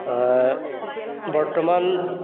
বৰ্তমান